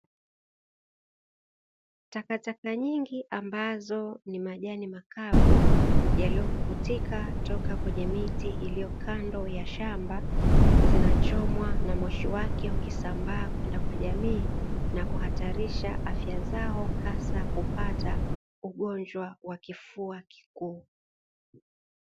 Takataka nyingi ambazo ni majani makavu yaliyopukutika kutoka kwenye miti iliyo kando ya shamba zinachomwa na moshi wake ukisambaa kwenda kwa jamii, na kuhatarisha afya zao hasa kupata ugonjwa wa kifua kikuu.